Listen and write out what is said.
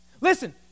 Listen